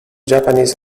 japanese